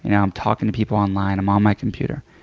and i'm talking to people online, i'm on my computer.